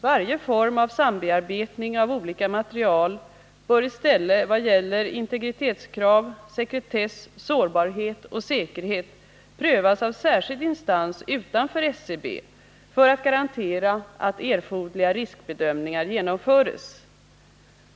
Varje form av sambearbetning av olika material bör i stället när det gäller integritetskrav, sekretess, sårbarhet och säkerhet prövas av särskild instans utanför SCB för att garantera att erforderliga riskbedömningar genomförs.